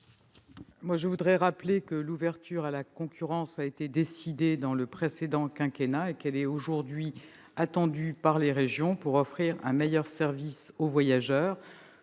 Je rappelle que l'ouverture à la concurrence a été décidée sous le précédent quinquennat. Elle est attendue par les régions pour offrir un meilleur service aux voyageurs.